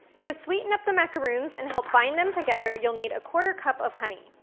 to sweeten up the macaroons and help bind them together, you'll need a quarter cup of honey.